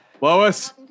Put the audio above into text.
Lois